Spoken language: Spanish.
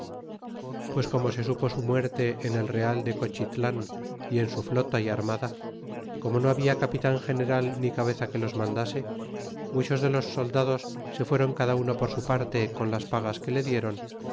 pues como se supo su muerte en el real de cochitlan y en su ilota y armada como no habe capitan general ni cabeza que los mandase muchos de los soldados se fueron cada uno por su parte con las pagas que le dieron